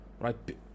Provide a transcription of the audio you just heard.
right